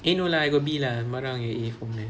eh no lah I got B lah sembarang jer A for math